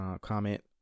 comment